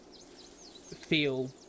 feel